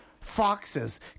Foxes